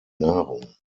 nahrung